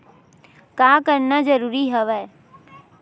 का करना जरूरी हवय?